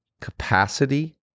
capacity